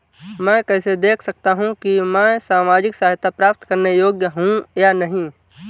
मैं कैसे देख सकता हूं कि मैं सामाजिक सहायता प्राप्त करने योग्य हूं या नहीं?